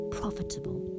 profitable